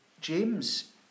James